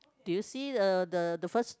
do you see the the the first